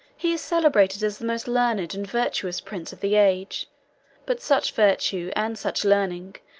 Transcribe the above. he is celebrated as the most learned and virtuous prince of the age but such virtue, and such learning,